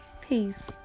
peace